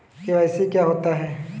KYC क्या होता है?